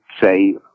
say